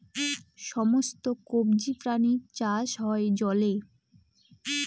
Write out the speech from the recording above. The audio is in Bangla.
সমস্ত কবজি প্রাণীর চাষ হয় জলে